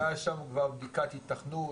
יש לנו כבר בדיקת ייתכנות,